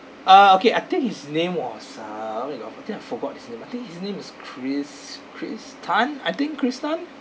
err okay I think his name was ah I think I forgot his name I think his name is chris chris tan I think chris tan